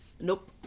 Nope